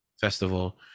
festival